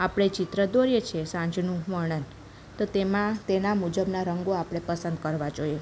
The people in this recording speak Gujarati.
આપણે ચિત્ર દોરીએ છીએ સાંજનું વર્ણન તો તેમાં તેના મુજબના રંગો આપણે પસંદ કરવાં જોઈએ